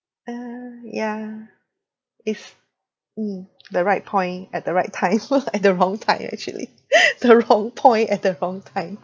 uh ya if mm the right point at the right time at the wrong time actually the wrong point at the wrong time